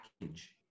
package